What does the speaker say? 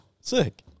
sick